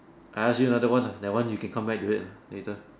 I ask you another one lah that one you can come back to it lah later